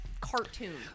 cartoon